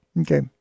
Okay